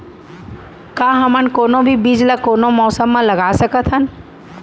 का हमन कोनो भी बीज ला कोनो मौसम म लगा सकथन?